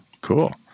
Cool